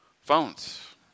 phones